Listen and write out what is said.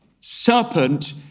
serpent